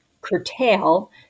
curtail